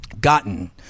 gotten